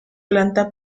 planta